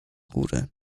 góry